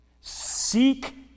Seek